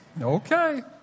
Okay